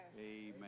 Amen